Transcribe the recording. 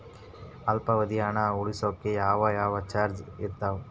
ಅಲ್ಪಾವಧಿ ಹಣ ಉಳಿಸೋಕೆ ಯಾವ ಯಾವ ಚಾಯ್ಸ್ ಇದಾವ?